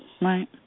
Right